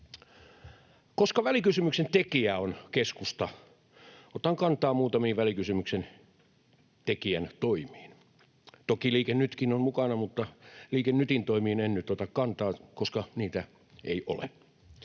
Koska välikysymyksen tekijä on keskusta, otan kantaa muutamiin välikysymyksen tekijän toimiin. Toki Liike Nytkin on mukana, mutta Liike Nytin toimiin en nyt ota kantaa, koska niitä ei ole.